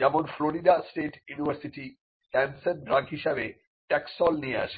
যেমন Florida state university cancer drug হিসাবে Taxol নিয়ে আসে